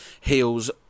heals